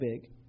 big